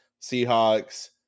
Seahawks